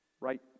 right